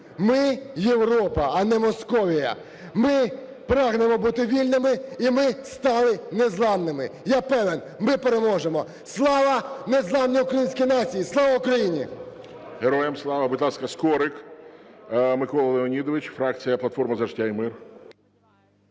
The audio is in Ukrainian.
– Європа, а не Московія. Ми прагнемо бути вільними і ми стали незламними. Я певен, ми переможемо. Слава незламній українській нації! Слава Україні! ГОЛОВУЮЧИЙ. Героям Слава! Будь ласка, Скорик Микола Леонідович, фракція "Платформа за життя і мир".